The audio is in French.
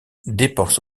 dépense